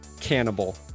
Cannibal